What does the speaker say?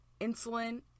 insulin